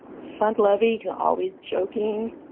fun-loving, always joking,